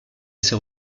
ses